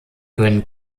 können